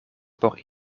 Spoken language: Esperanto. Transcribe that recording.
por